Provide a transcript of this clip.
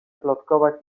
plotkować